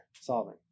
solving